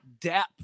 depth